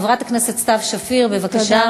חברת הכנסת סתיו שפיר, בבקשה, השאילתה.